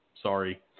sorry